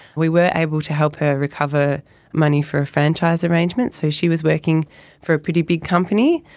we were able to help her recover money for a franchise arrangement. so she was working for a pretty big company.